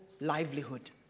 livelihood